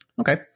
Okay